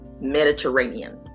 Mediterranean